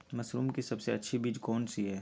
Mushroom की सबसे अच्छी बीज कौन सी है?